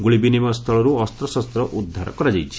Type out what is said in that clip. ଗୁଳି ବିନିମୟ ସ୍ଥଳରୁ ଅସ୍ତ୍ରଶସ୍ତ ଉଦ୍ଧାର କରାଯାଇଛି